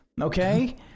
okay